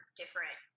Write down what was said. different